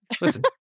Listen